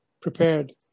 prepared